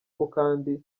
kandi